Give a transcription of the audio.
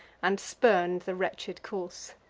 and spurn'd the wretched corse